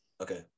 Okay